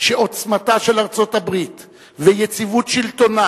שעוצמתה של ארצות-הברית ויציבות שלטונה